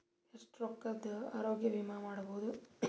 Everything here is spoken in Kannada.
ಎಷ್ಟ ರೊಕ್ಕದ ಆರೋಗ್ಯ ವಿಮಾ ಮಾಡಬಹುದು?